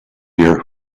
near